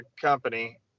company